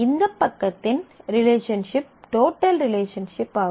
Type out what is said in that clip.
இந்த பக்கத்தின் relationship total relationship ஆகும்